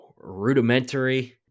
rudimentary